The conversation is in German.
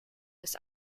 des